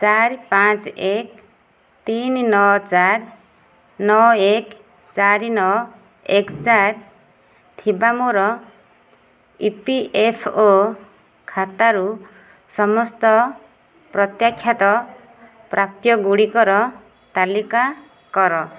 ଚାରି ପାଞ୍ଚ ଏକ ତିନି ନଅ ଚାରି ନଅ ଏକ ଚାରି ନଅ ଏକ ଚାରି ଥିବା ମୋର ଇ ପି ଏଫ୍ ଓ ଖାତାରୁ ସମସ୍ତ ପ୍ରତ୍ୟାଖ୍ୟାତ ପ୍ରାପ୍ୟଗୁଡ଼ିକର ତାଲିକା କର